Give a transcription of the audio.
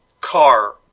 car